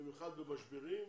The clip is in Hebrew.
במיוחד במשברים,